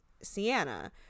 Sienna